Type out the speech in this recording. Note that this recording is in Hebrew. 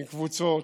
עם קבוצות,